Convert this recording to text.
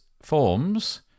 forms